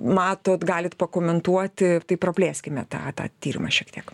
matot galit pakomentuoti tai praplėskime tą tą tyrimą šiek tiek